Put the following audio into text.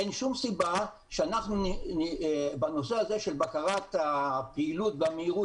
אין שום סיבה שאנחנו בנושא הזה של בקרת הפעילות והמהירות